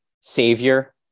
savior